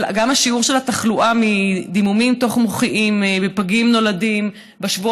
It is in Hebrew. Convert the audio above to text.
אבל גם התחלואה בדימומים תוך-מוחיים בפגים שנולדים מהשבוע